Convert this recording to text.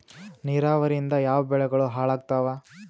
ನಿರಾವರಿಯಿಂದ ಯಾವ ಬೆಳೆಗಳು ಹಾಳಾತ್ತಾವ?